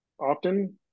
often